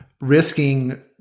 risking